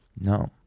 no